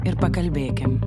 ir pakalbėkim